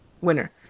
winner